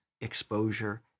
exposure